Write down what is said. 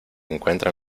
encuentra